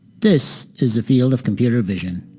this is the field of computer vision.